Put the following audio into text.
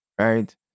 Right